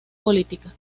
política